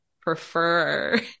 prefer